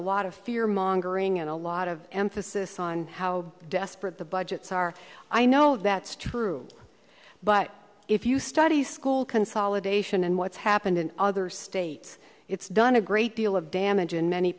a lot of fear mongering and a lot of emphasis on how desperate the budgets are i know that's true but if you study school consolidation and what's happened in other states it's done a great deal of damage in many